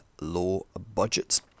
low-budget